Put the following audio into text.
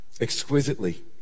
exquisitely